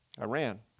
Iran